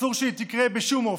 אסור שהיא תקרה בשום אופן.